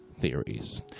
theories